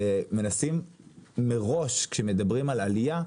ומנסים מראש כשמדברים על עלייה,